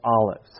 Olives